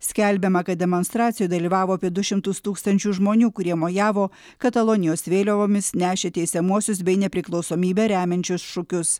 skelbiama kad demonstracijoj dalyvavo apie du šimtus tūkstančių žmonių kurie mojavo katalonijos vėliavomis nešė teisiamuosius bei nepriklausomybę remiančius šūkius